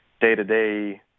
day-to-day